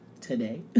today